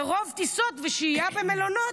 מרוב טיסות ושהייה במלונות,